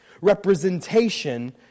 representation